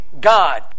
God